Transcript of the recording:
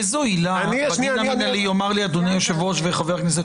איזו עילה יאמר לי אדוני היושב ראש וחבר הכנסת